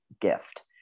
gift